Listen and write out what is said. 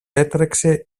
έτρεξε